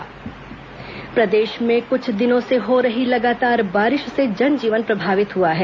बारिश प्रदेश में कुछ दिनों से हो रही लगातार बारिश से जनजीवन प्रभावित हुआ है